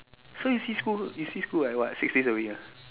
so you see school you see school like what six days a week ah